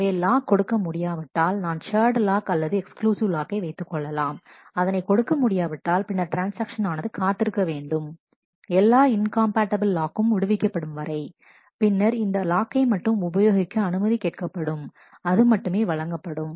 எனவே லாக் கொடுக்க முடியாவிட்டால் நான் ஷேர்டு லாக் அல்லது எக்ஸ்க்ளூசிவ் லாக்கை வைத்துக்கொள்ளலாம் அதனை கொடுக்க முடியாவிட்டால் பின்னர் ட்ரான்ஸ்ஆக்ஷன் ஆனது காத்திருக்க வேண்டும் எல்லா இன்காம்பேட்டபிள் லாக்கும் விடுவிக்கப்படும் வரை பின்னர் இந்த லாக்கை மட்டும் உபயோகிக்க அனுமதி கேட்கப்படும் அது மட்டுமே வழங்கப்படும்